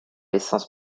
essence